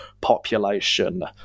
population